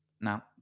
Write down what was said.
Now